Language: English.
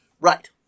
Right